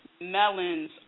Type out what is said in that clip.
melons